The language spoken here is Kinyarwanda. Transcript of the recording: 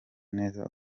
neza